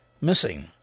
missing